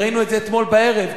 וראינו את זה אתמול בערב,